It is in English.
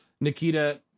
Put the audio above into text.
Nikita